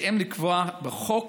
בהתאם לקבוע בחוק